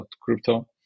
crypto